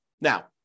Now